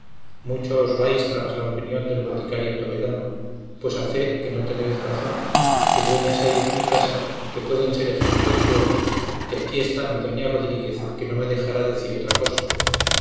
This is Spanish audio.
os vais tras la opinión del boticario toledano pues a fe que no tenéis razón que dueñas hay en mi casa que pueden ser ejemplo de dueñas que aquí está mi doña rodríguez que no me dejará decir otra cosa